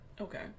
okay